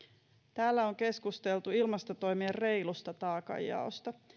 täällä on keskusteltu ilmastotoimien reilusta taakanjaosta